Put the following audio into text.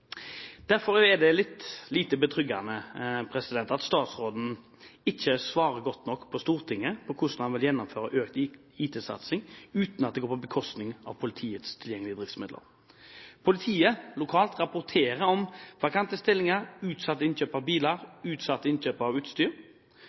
Derfor er det lite betryggende at statsråden ikke svarer Stortinget godt nok på hvordan han vil gjennomføre økt IKT-satsing uten at det går på bekostning av politiets tilgjengelige driftsmidler. Politiet lokalt rapporterer om vakante stillinger, utsatte innkjøp av biler